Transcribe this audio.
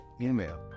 email